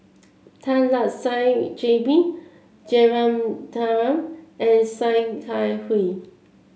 Tan Lark Sye J B Jeyaretnam and Sia Kah Hui